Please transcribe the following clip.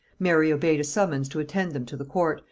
mary obeyed a summons to attend them to the court,